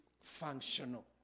functional